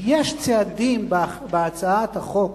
כי יש צעדים בהצעת החוק